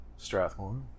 Strathmore